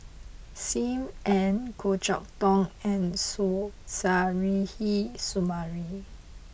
Sim Ann Goh Chok Tong and Suzairhe Sumari